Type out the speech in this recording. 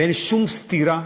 ואין שום סתירה,